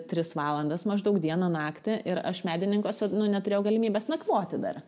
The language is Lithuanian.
tris valandas maždaug dieną naktį ir aš medininkuose nu neturėjau galimybės nakvoti dar